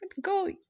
go